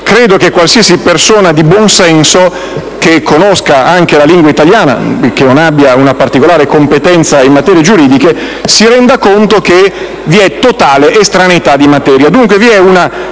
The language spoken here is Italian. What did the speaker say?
Credo che qualsiasi persona di buon senso, che conosca anche la lingua italiana e che pure non abbia una particolare competenza in materie giuridiche, si renda conto che vi è totale estraneità di materia.